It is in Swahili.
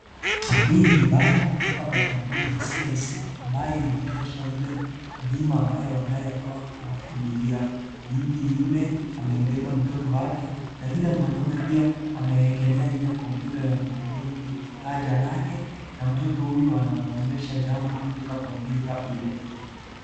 Hii ni bango kutoka kwa kampuni ya CIC ambayo inaonyesha ile pima ambayo wanayotoa kwa familia, binti yule amembeba mtoto wake na yule mwanaume pia amewekelea aina ya kompyuta kwenye pacha lake na mtoto huyu anawaonyesha jambo katika kompyuta ile.